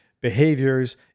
behaviors